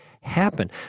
Happen